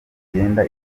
igenda